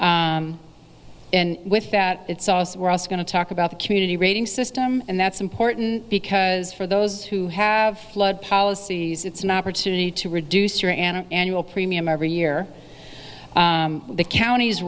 and with that it's also we're also going to talk about the community rating system and that's important because for those who have flood policies it's an opportunity to reduce your an annual premium every year the count